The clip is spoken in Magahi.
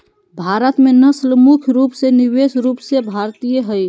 भारत में नस्ल मुख्य रूप से विशेष रूप से भारतीय हइ